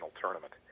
tournament